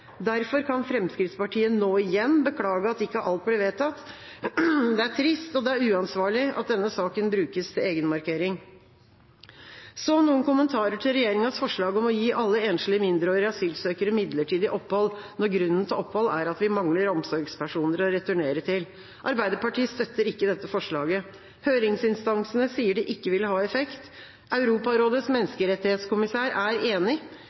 Derfor kan Fremskrittspartiet nå igjen beklage at ikke alt blir vedtatt. Det er trist – og det er uansvarlig – at denne saken brukes til egenmarkering. Så noen kommentarer til regjeringas forslag om å gi alle enslige mindreårige asylsøkere midlertidig opphold når grunnen til opphold er at vi mangler omsorgspersoner å returnere til. Arbeiderpartiet støtter ikke dette forslaget. Høringsinstansene sier det ikke vil ha effekt. Europarådets menneskerettighetskommisær er enig.